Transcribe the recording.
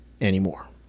anymore